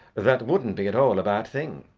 that wouldn't be at all a bad thing.